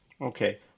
okay